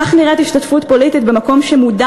כך נראית השתתפות פוליטית במקום שמודע